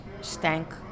stank